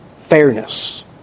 fairness